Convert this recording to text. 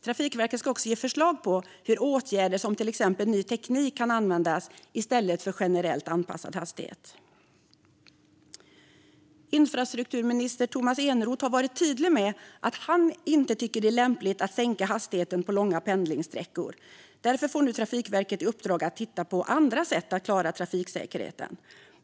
Trafikverket ska också ge förslag på hur åtgärder som exempelvis ny teknik kan användas i stället för generellt anpassad hastighet. Infrastrukturminister Tomas Eneroth har varit tydlig med att han inte tycker att det är lämpligt att sänka hastigheten på långa pendlingssträckor. Därför får nu Trafikverket i uppdrag att titta på andra sätt att klara trafiksäkerheten.